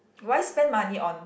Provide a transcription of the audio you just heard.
why spend money on